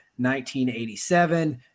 1987